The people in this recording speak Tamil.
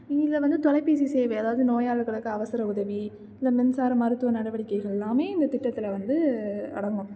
இதில் வந்து தொலைபேசி சேவை அதாவது நோயாளிகளுக்கு அவசர உதவி இந்த மின்சார மருத்துவ நடவடிக்கைகள் எல்லாமே இந்தத் திட்டத்தில் வந்து அடங்கும்